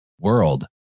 world